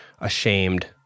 ashamed